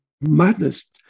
madness